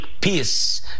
peace